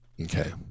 Okay